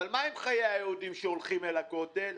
אבל מה עם חיי היהודים שהולכים אל הכותל?